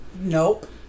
Nope